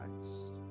Christ